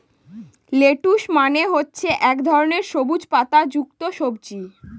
lettuce মানে হচ্ছে এক ধরনের সবুজ পাতা যুক্ত সবজি